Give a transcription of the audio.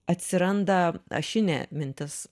atsiranda ašinė mintis